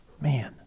man